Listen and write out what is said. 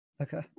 Okay